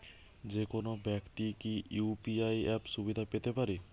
যেকোনো ব্যাক্তি কি ইউ.পি.আই অ্যাপ সুবিধা পেতে পারে?